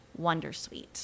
Wondersuite